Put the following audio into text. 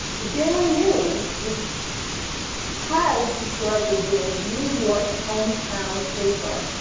the daily news, which has historically been new york's hometown paper